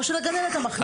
או של הגננת המחליפה.